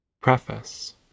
Preface